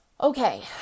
Okay